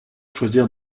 choisir